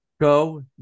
Go